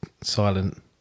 silent